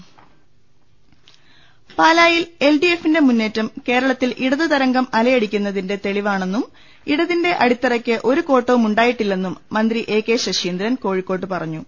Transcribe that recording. ലലലലല പാലായിൽ എൽ സഡി എഫിന്റെ മുന്നേറ്റും കേരളത്തിൽ ഇടത് ത്രംഗം അലയടിക്കുന്നതിന്റെ തെളിവാണെന്നും ഇടതിന്റെ അടിത്തറക്ക് ഒരു കോട്ടവും ഉണ്ടായിട്ടില്ലെന്നും മന്ത്രി എ കെ ശശീന്ദ്രൻ കോഴിക്കോട്ട് പറഞ്ഞു